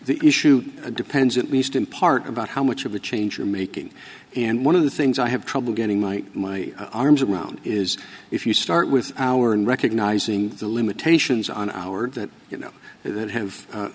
the issue depends at least in part about how much of a change you're making and one of the things i have trouble getting my my arms around is if you start with our and recognizing the limitations on our that you know that have a